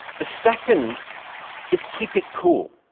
the second is keep it cool.